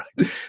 right